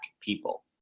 people